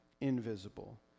invisible